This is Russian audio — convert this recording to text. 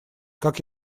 как